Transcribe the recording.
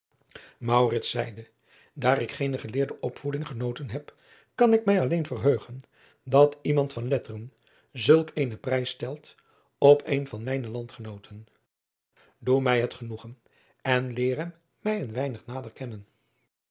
zeide aar ik geene geleerde opvoeding genoten heb kan ik mij alleen verheugen dat iemand van letteren zulk eenen prijs stelt op een van mijne landgenooten oe mij het genoegen en leer hem mij een weinig nader kennen